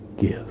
give